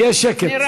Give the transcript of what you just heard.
יהיה שקט.